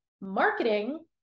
marketing